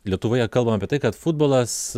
lietuvoje kalbam apie tai kad futbolas